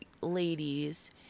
ladies